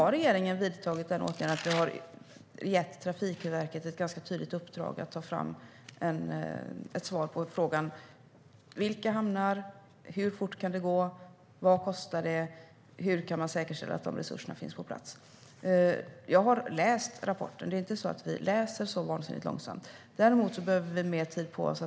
Regeringen har vidtagit åtgärden att vi har gett Trafikverket ett ganska tydligt uppdrag att ta fram ett svar på följande frågor: Vilka hamnar? Hur fort kan det gå? Vad kostar det? Hur kan man säkerställa att dessa resurser finns på plats? Jag har läst rapporten. Det är inte så att vi läser så vansinnigt långsamt. Däremot behöver vi mer tid på oss.